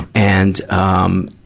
and, um,